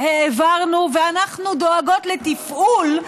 העברנו ואנחנו דואגות לתפעול,